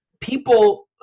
people